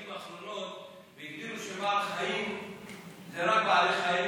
האחרונות והגדירו שבעל חיים זה רק בעלי חיים,